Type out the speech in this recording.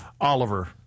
Oliver